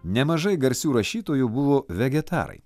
nemažai garsių rašytojų buvo vegetarai